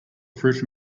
fruit